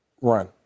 run